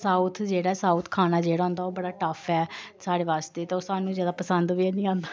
south जेह्ड़ा south खाना जेह्ड़ा होंदा ओह् बडा टफ ऐ साढ़े बास्तै ते ओह् सानूं ज्यादा पसंद बी हैनी आंदा